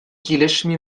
килешми